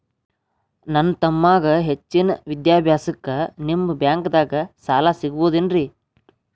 ನನ್ನ ತಮ್ಮಗ ಹೆಚ್ಚಿನ ವಿದ್ಯಾಭ್ಯಾಸಕ್ಕ ನಿಮ್ಮ ಬ್ಯಾಂಕ್ ದಾಗ ಸಾಲ ಸಿಗಬಹುದೇನ್ರಿ?